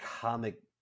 comic